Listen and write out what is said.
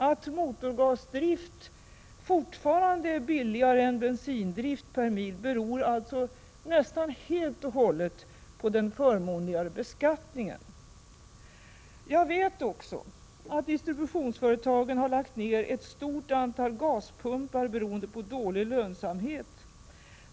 Att motorgasdrift fortfarande är billigare än bensindrift beror alltså nästan helt och hållet på den förmånligare beskattningen. Jag vet också att distributionsföretagen har lagt ned ett stort antal gaspumpar, beroende på dålig lönsamhet.